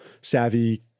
savvy